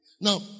Now